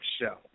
Show